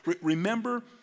Remember